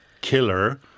killer